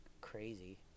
crazy